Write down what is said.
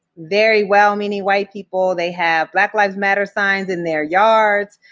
very well-meaning white people, they have black lives matter signs in their yards,